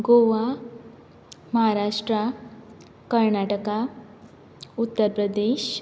Goa Maharashtra Karnataka Uttar Pradesh